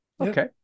Okay